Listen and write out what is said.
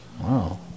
Wow